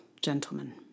gentlemen